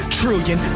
trillion